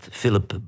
Philip